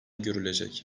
görülecek